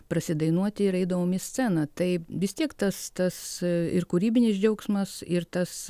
prasidainuoti ir eidavom į sceną tai vis tiek tas tas ir kūrybinis džiaugsmas ir tas